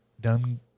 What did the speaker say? done